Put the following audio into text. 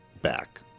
back